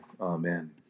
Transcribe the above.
Amen